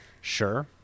Sure